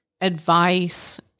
advice